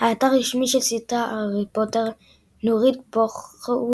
האתר הרשמי של סרטי הארי פוטר נורית בוכוייץ,